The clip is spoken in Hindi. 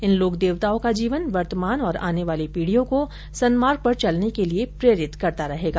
इन लोकदेवताओं का जीवन वर्तमान और आने वाली पीढ़ियों को सन्मार्ग पर चलने के लिए प्रेरित करता रहेगा